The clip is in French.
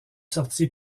sorti